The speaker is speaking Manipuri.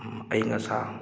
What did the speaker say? ꯑꯏꯪ ꯑꯁꯥ